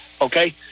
Okay